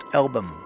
album